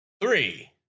Three